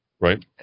right